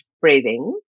breathing